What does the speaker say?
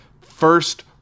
first